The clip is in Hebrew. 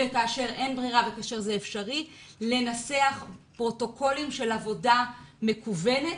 כאשר אין ברירה וכאשר זה אפשרי לנסח פרוטוקולים של עבודה מקוונת,